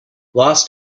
lost